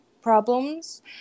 problems